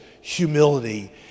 humility